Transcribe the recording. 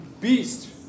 Beast